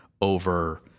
over